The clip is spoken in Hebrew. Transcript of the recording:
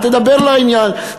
תדבר לעניין,